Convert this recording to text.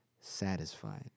satisfied